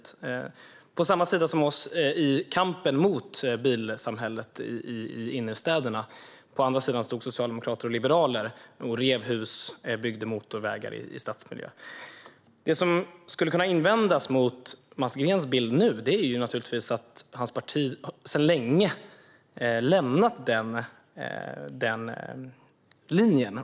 Mats Greens parti stod på samma sida som vi i kampen mot bilsamhället i innerstäderna. På andra sidan stod socialdemokrater och liberaler som rev hus och byggde motorvägar i stadsmiljö. Det som skulle kunna invändas mot Mats Greens bild nu är naturligtvis att hans parti sedan länge har lämnat den linjen.